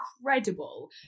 incredible